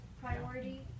priority